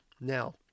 Now